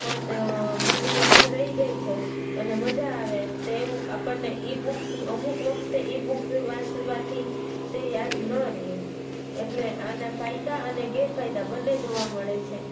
બધુ યાદ રહી જાય છે અને મજા આવે તેવું આપણને ઈ બુક અમુક વખતે ઈ બુક્સ વાંચવાથી તે યાદ ન રહે એટલે આના ફાયદા અને ગેરફાયદા બંને જોવા મળે છે